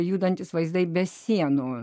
judantys vaizdai be sienų